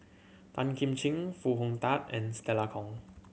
Tan Kim Ching Foo Hong Tatt and Stella Kon